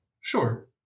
Sure